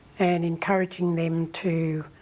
and encouraging them to